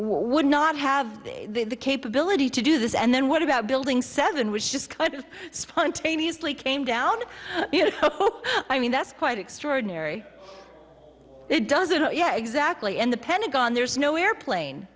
would not have the capability to do this and then what about building seven was just kind of spontaneously came down i mean that's quite extraordinary it doesn't yeah exactly and the pentagon there's no airplane